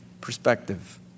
perspective